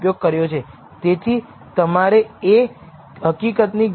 ચાલો આપણે જઈએ અને જોઈએ કે શું આ ડેટા અર્થપૂર્ણ છે